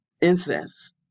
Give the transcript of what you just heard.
incest